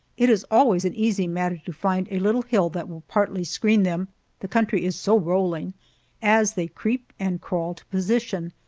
it is always an easy matter to find a little hill that will partly screen them the country is so rolling as they creep and crawl to position,